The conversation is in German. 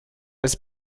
als